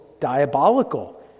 diabolical